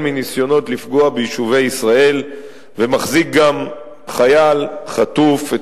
מניסיונות לפגוע ביישובי ישראל ומחזיק גם חייל חטוף,